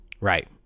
Right